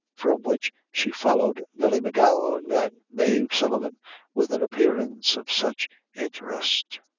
from which she followed nelly m'gowan and mave sullivan with an appearance of such interest.